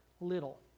little